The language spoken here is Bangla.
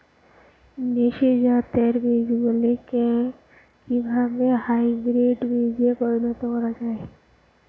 দেশি জাতের বীজগুলিকে কিভাবে হাইব্রিড বীজে পরিণত করা হয়?